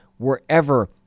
wherever